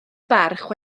barch